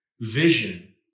vision